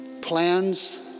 Plans